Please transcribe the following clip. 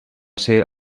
ser